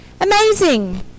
Amazing